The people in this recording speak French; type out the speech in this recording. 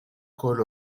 colle